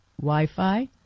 Wi-Fi